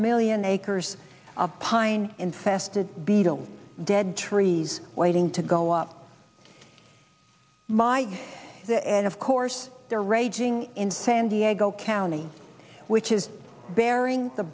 million acres of pine infested beetle dead trees waiting to go up my and of course they're raging in san diego county which is bearing the